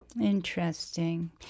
Interesting